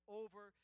over